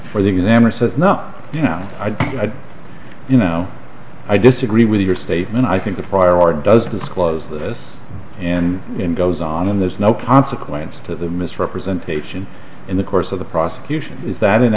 for the exam or so if not you know i'd you know i disagree with your statement i think the proper order doesn't close this and in goes on and there's no consequence to the misrepresentation in the course of the prosecution is that an